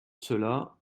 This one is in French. cela